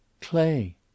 Clay